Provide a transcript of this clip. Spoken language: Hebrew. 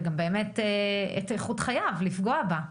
ולפגוע באיכות חייו.